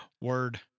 word